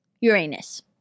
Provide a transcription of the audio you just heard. Uranus